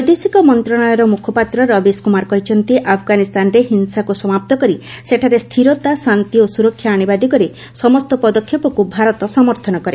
ବୈଦେଶିକ ମନ୍ତ୍ରଣାଳୟର ମୁଖପାତ୍ର ରବୀଶ୍ କୁମାର କହିଛନ୍ତି ଆଫଗାନିସ୍ତାନରେ ହିଂସାକୁ ସମାପ୍ତ କରି ସେଠାରେ ସ୍ଥିରତା ଶାନ୍ତି ଓ ସୁରକ୍ଷା ଆଣିବା ଦିଗରେ ସମସ୍ତ ପଦକ୍ଷେପକ୍ ଭାରତ ସମର୍ଥନ କରେ